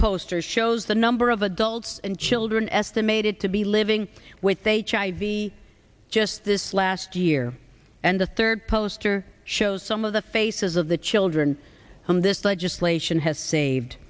shows the number of adults and children estimated to be living with hiv just this last year and the third poster shows some of the faces of the children this legislation has saved